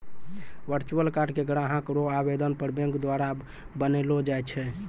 virtual card के ग्राहक रो आवेदन पर बैंक द्वारा बनैलो जाय छै